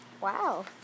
Wow